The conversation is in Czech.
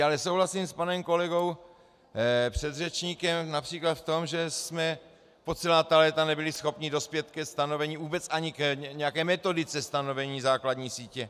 Ale souhlasím a panem kolegou předřečníkem například v tom, že jsme po celá ta léta nebyli schopni dospět ke stanovení, vůbec ani k nějaké metodice stanovení základní sítě atd. atd.